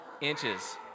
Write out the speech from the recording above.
inches